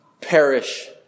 perish